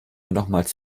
nochmals